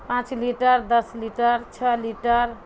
پانچ لیٹر دس لیٹر چھ لیٹر